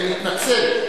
אני מתנצל.